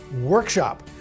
workshop